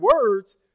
words